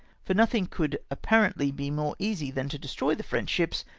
for nothing could apparently be more easy than to destroy the french sliips,